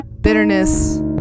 bitterness